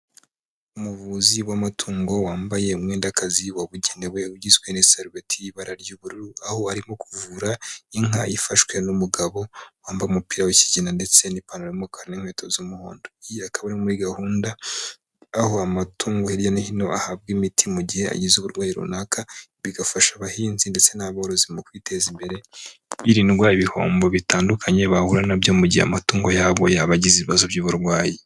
Umuvuzi w'amatungo wambaye umwenda w'akazi wabugenewe ugizwe n'isarubeti y'ibara ry'ubururu aho arimo kuvura inka ifashwe n'umugabo wambaye umupira w'ikigina ndetse n'ipantaro y'umukara n'inkweto z'umuhondo akaba ari muri gahunda aho amatungo hirya no hino ahabwa imiti mugihe agize uburwayi runaka bigafasha abahinzi ndetse n'aborozi mu kwiteza imbere hirindwa ibihombo bitandukanye bahura nabyo mugihe amatungo yabo yaba agize ibibazo by'uburwayi.